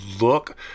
look